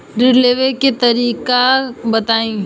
ऋण लेवे के तरीका बताई?